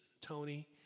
Tony